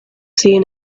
seen